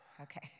Okay